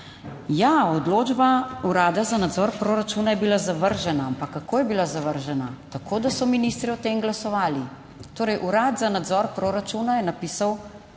Ja, odločba Urada za nadzor proračuna je bila zavržena, ampak kako je bila zavržena. Tako da so ministri o tem glasovali. Torej, Urad za nadzor proračuna je napisal